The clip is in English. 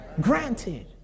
granted